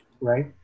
right